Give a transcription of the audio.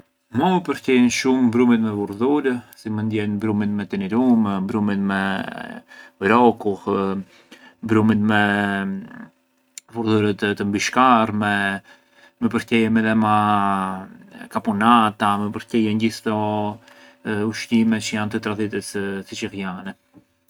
Mua më përqejën shumë brumit me vurdhur, si mënd jenë brumit me tinirumë, brumit me vrokullë, brumit me vurdhurë të mbishkarme, më përqejën midhema kapunata, më përqejën gjithë këto ushqime të tradhitës siçilljane.